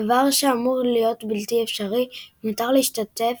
דבר שאמור להיות בלתי אפשרי, כי מותר להשתתף